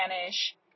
Spanish